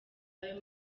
ayo